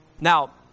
Now